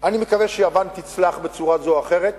אני מקווה שיוון תצלח בצורה זו או אחרת.